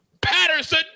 Patterson